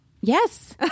Yes